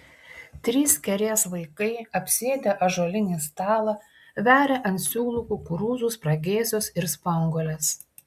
trys kerės vaikai apsėdę ąžuolinį stalą veria ant siūlų kukurūzų spragėsius ir spanguoles